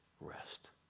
rest